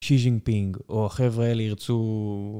שישינג פינג, או החבר'ה האלה ירצו...